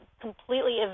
completely